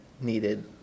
needed